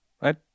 right